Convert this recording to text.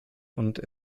und